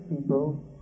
people